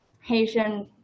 Haitian